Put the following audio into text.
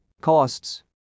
Costs